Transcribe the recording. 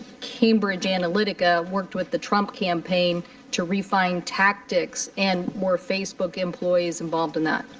cambridge analytica worked with the trump campaign to refine tactics and were facebook employees involved in that?